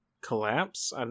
collapse